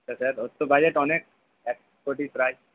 আচ্ছা স্যার ওর তো বাজেট অনেক এক কোটি প্রায়